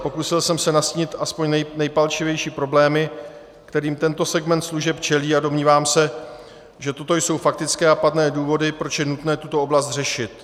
Pokusil jsem se nastínit aspoň nejpalčivější problémy, kterým tento segment služeb čelí, a domnívám se, že toto jsou faktické a pádné důvody, proč je nutné tuto oblast řešit.